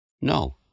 No